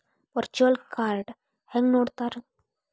Virtual ಕಾರ್ಡ್ನ ಹೆಂಗ್ ನೋಡ್ತಾರಾ?